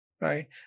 right